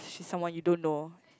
she's someone you don't know